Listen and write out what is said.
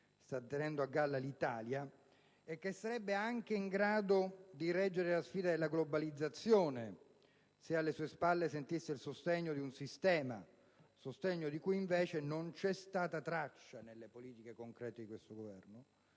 sta tenendo a galla l'Italia e che sarebbe anche in grado di reggere la sfida della globalizzazione se alle sue spalle sentisse il sostegno di un sistema, sostegno di cui invece non c'è stata traccia nelle politiche concrete di questo Governo